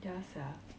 ya sia